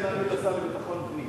השר לביטחון פנים.